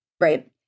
right